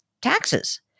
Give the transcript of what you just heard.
taxes